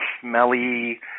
smelly